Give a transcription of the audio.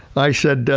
i said,